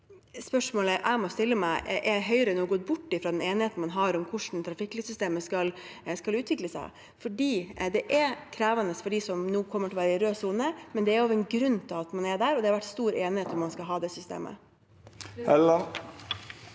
spørsmålet jeg må stille meg: Er Høyre nå gått bort fra den enigheten man har om hvordan trafikklyssystemet skal utvikles? Det er krevende for dem som nå kommer til å være i rød sone, men det er også en grunn til at man er der, og det har vært stor enighet om at man skal ha det systemet.